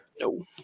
no